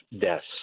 deaths